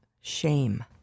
shame